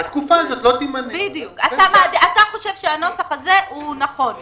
אתה חושב שהנוסח הזה נכון יותר.